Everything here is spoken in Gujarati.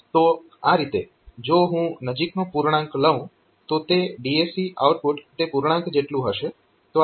તો આ રીતે જો હું નજીકનો પૂર્ણાંક લઉં તો તે DAC આઉટપુટ તે પૂર્ણાંક જેટલું હશે